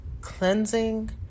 cleansing